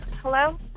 hello